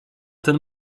ten